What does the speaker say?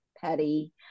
petty